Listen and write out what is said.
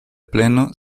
pleno